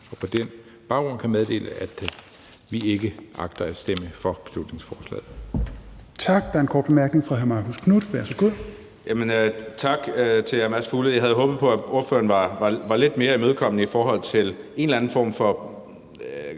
Og på den baggrund kan jeg meddele, at vi ikke agter at stemme for beslutningsforslaget.